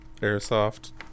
Airsoft